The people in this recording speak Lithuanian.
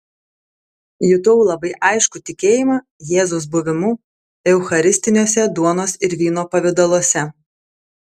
jutau labai aiškų tikėjimą jėzaus buvimu eucharistiniuose duonos ir vyno pavidaluose